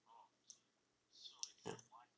ya